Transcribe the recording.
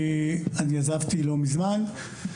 אני עזבתי לא מזמן.